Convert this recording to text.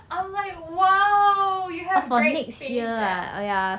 I'm like !wow! you have great faith eh